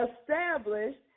established